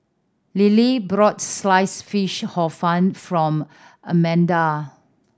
Lilie brought Sliced Fish Hor Fun from Almedia